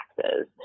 taxes